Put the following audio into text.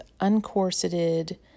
uncorseted